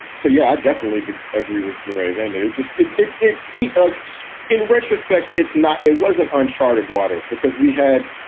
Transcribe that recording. so, yeah, i definitely agree with gray van. and it just it it seems like in retrospect, it's not it wasn't unchartered waters because we had,